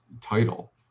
title